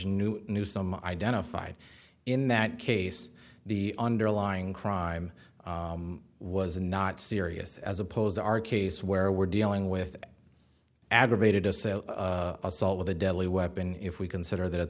knew knew some identified in that case the underlying crime was not serious as opposed to our case where we're dealing with aggravated to say assault with a deadly weapon if we consider that it's